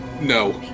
no